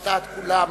על דעת כולם,